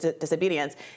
disobedience